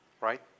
right